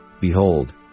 Behold